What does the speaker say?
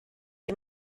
wie